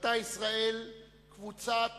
קלטה ישראל קבוצת